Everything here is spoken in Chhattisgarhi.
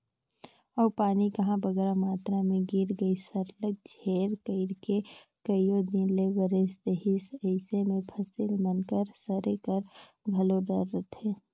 अउ पानी कहांे बगरा मातरा में गिर गइस सरलग झेर कइर के कइयो दिन ले बरेस देहिस अइसे में फसिल मन कर सरे कर घलो डर रहथे